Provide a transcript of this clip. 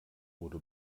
wurde